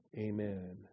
Amen